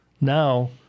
now